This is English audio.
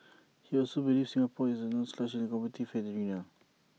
he also believes Singapore is no slouch in the competitive arena